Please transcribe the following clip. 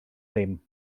ddim